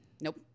Nope